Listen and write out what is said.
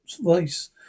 voice